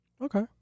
okay